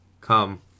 come